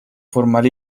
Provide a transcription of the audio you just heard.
formal